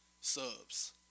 Subs